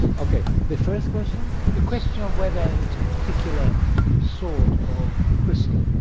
okay, the first question? the question of whether it's a particular sort of crystal.